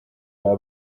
baba